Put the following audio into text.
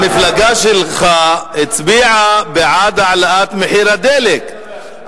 המפלגה שלך הצביעה בעד העלאת מחיר הדלק,